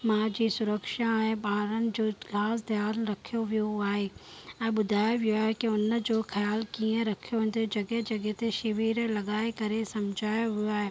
माउ जी सुरक्षा ऐं ॿारनि जो ख़ासि ध्यानु रखियो वियो आहे ऐं ॿुधायो वियो आहे की उन जो ख़्यालु कीअं रखियो वञिजे जॻहि जॻहि ते शिविर लॻाए करे सम्झायो वियो आहे